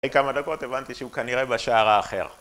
לפני כמה דקות הבנתי שהוא כנראה בשער האחר